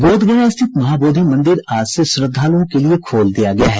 बोधगया स्थित महाबोधि मंदिर आज से श्रद्धालुओं के लिए खोल दिया गया है